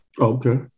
okay